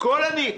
את הכול אתן לך.